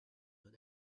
but